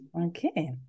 Okay